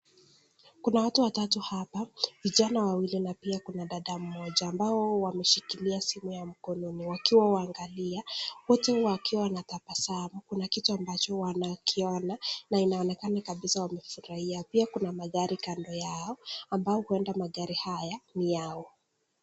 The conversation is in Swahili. Kuna watu watatu hapa, vijana wawili na pia dada mmoja ambao wameshikilia simu ya mkononi ukiwaangalia wote wakiwa wanatabasamu kuna kitu ambacho wanakiona na inaonekana kabisaa wamefurahia pia kuna magari kando yao ambao huenda magari haya ni yao.